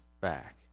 back